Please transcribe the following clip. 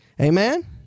Amen